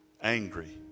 angry